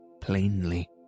plainly